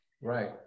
Right